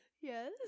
Yes